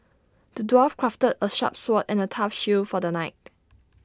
the dwarf crafted A sharp sword and A tough shield for the knight